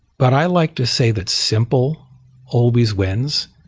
but i like to say that simple always wins,